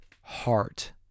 heart